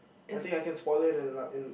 I think I can spoil her in a in